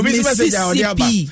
Mississippi